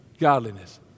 godliness